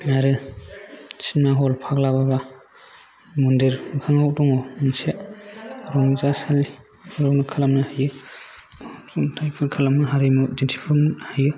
आरो cinema hall फाग्ला बाबा मन्दिर मोखाङाव दङ मोनसे रंजासालि बावनो खालामनो हायो खुंथायफोर खालामनो हारिमुवारि दिन्थिफुंनो हायो